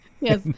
Yes